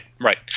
right